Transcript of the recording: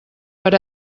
per